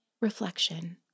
reflection